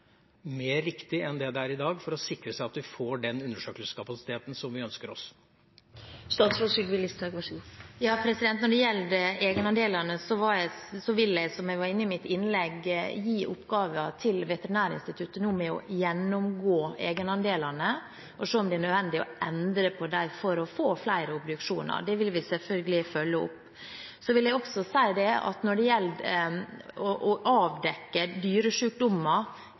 mer riktig enn det det er i dag, for å sikre seg at vi får den undersøkelseskapasiteten som vi ønsker oss? Når det gjelder egenandelene, vil jeg, som jeg var inne på i mitt innlegg, gi oppgaven til Veterinærinstituttet med å gjennomgå egendelene og se om det er nødvendig å endre på dem for å få flere obduksjoner. Det vil vi selvfølgelig følge opp. Så vil jeg også si at når det gjelder å avdekke